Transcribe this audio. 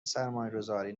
سرمایهگذاری